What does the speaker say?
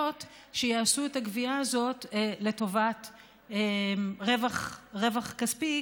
שיעשו את הגבייה הזאת לטובת רווח כספי,